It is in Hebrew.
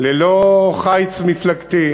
ללא חיץ מפלגתי,